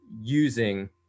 using